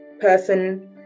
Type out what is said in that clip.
person